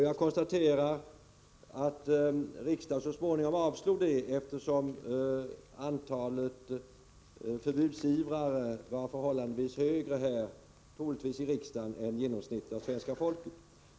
Jag konstaterar att riksdagen så småningom avslog det förslaget, eftersom andelen förbudsivrare troligtvis var förhållandevis större här i riksdagen än motsvarande andel av svenska folket.